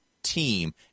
Team